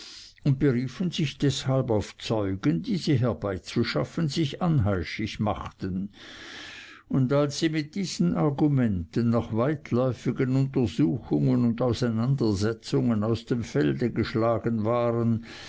und beriefen sich deshalb auf zeugen die sie herbeizuschaffen sich anheischig machten und als sie mit diesen argumenten nach weitläuftigen untersuchungen und auseinandersetzungen aus dem felde geschlagen waren